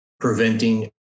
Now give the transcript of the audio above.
preventing